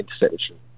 interception